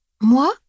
Moi